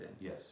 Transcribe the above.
yes